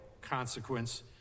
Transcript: consequence